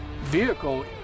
vehicle